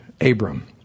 Abram